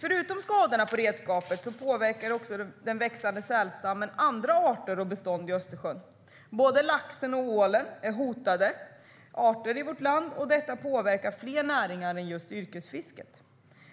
Förutom skadorna på redskapen påverkar den växande sälstammen andra arter och bestånd i Östersjön. Både laxen och ålen är hotade arter i vårt land. Detta påverkar fler näringar än just yrkesfisket.